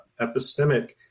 epistemic